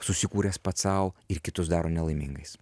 susikūręs pats sau ir kitus daro nelaimingais